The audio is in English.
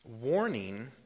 warning